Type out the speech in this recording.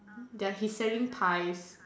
ya he's selling pies